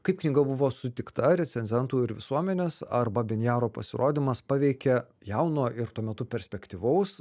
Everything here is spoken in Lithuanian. kaip knyga buvo sutikta recenzentų ir visuomenės ar babyn jaro pasirodymas paveikė jauno ir tuo metu perspektyvaus